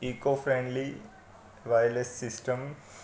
eco friendly wireless system